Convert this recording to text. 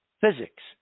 physics